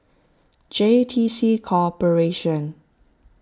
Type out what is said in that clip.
J T C Corporation